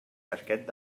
casquet